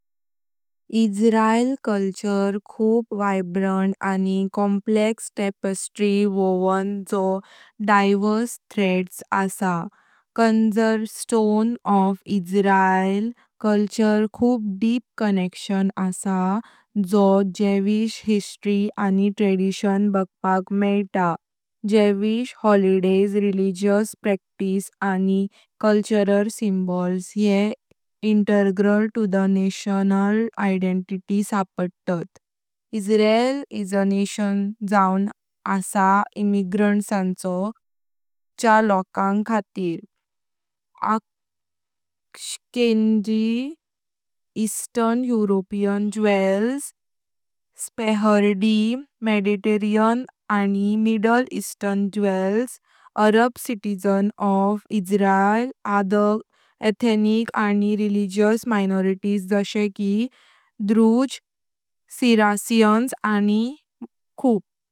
इज्रायली संस्कृति खूप वायब्रंट आणि कॉम्प्लेक्स टेबस्ट्रे वव्हन जे डाइवर्स थ्रेड्स आसात। कॉर्नरस्टोन ऑफ इज्रायली संस्कृति खूप डीप कनेक्शन आस जों ज्यूइश हिस्ट्री आणि ट्रॅडिशन बगपाक मेइता. ज्यूइश हॉलिडे, रिलीजीयस प्रॅक्टिसेस, आणि कल्चरल सिम्बॉल्स यें integral to the national identity सपडतात। इज्रायल इस आ नशन जांव आस इम्मिग्रंट्स, च्या लोकांख खातीर। * Ashkenazi (Eastern European) Jews. * Sephardi (Mediterranean अनी Middle Eastern) Jews. * Arab citizens of Israel. * Other ethnic आणि रिलीजीयस माइनॉरिटी जायशे की द्रूज, सरकॅशियन्, एंड मोर।